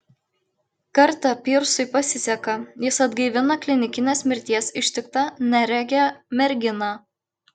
kartą pyrsui pasiseka jis atgaivina klinikinės mirties ištiktą neregę merginą